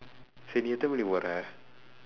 சரி நீ எத்தனே மணிக்கு போறே:sari nii eththanee manikku pooree